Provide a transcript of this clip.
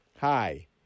Hi